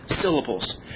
syllables